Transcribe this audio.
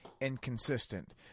inconsistent